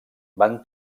van